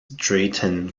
drayton